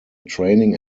training